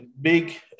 big